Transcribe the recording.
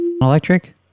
Electric